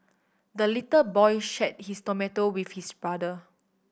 the little boy shared his tomato with his brother